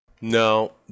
No